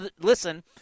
listen